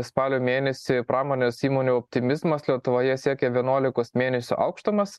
spalio mėnesį pramonės įmonių optimizmas lietuvoje siekė vienuolikos mėnesio aukštumas